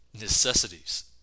necessities